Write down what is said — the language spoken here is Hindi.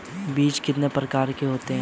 बीज कितने प्रकार के होते हैं?